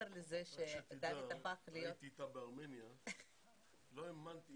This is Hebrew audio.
רק שתדע, שהייתי אתה בארמניה ולא האמנתי,